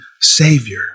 savior